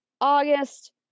August